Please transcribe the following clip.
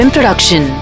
Production